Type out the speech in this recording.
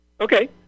Okay